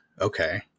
okay